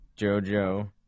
JoJo